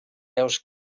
veus